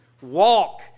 walk